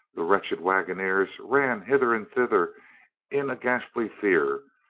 the wretched wagoners ran hither and thither in a ghastly fear,